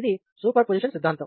ఇది superposition సిద్ధాంతం